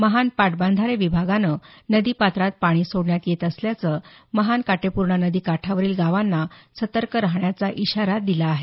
महान पाटबंधारे विभागानं नदीपात्रात पाणी सोडण्यात येत असल्यानं महान काटेपूर्णा नदी काठावरील गावांना सतर्क राहण्याचा इशारा दिला आहे